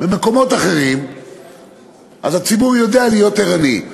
במקומות אחרים הציבור יודע להיות ערני.